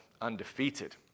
undefeated